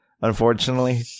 unfortunately